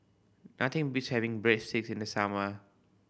nothing beats having Breadsticks in the summer